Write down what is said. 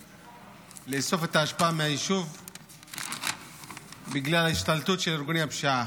לאסוף את האשפה מהיישוב בגלל השתלטות של ארגוני פשיעה.